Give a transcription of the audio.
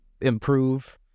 improve